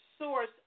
source